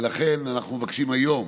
ולכן אנחנו מבקשים היום